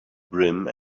brim